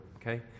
Okay